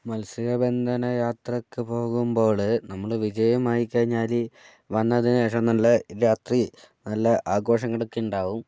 മത്സ്യബന്ധന യാത്രയ്ക്ക് പോകുമ്പോൾ നമ്മൾ വിജയമായിക്കഴിഞ്ഞാൽ വന്നതിനു ശേഷം എന്നുള്ള രാത്രി നല്ല ആഘോഷങ്ങളൊക്കെ ഉണ്ടാകും